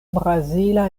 brazila